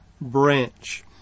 branch